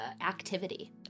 activity